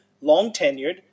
long-tenured